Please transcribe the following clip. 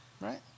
Right